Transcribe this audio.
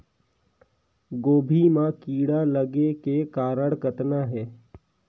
गोभी म कीड़ा लगे के कारण कतना हे?